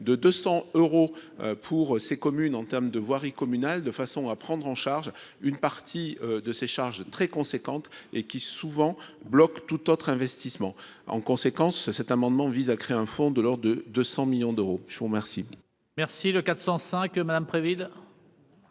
de 200 euros pour ces communes en terme de voirie communale de façon à prendre en charge une partie de ses charges très conséquente et qui souvent bloque tout autre investissement en conséquence, cet amendement vise à créer un fonds de l'de 200 millions d'euros, je vous remercie. Merci le quatre 400 cinq Madame Préville.